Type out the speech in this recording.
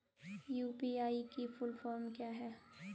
UPI की full form क्या है?